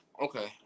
okay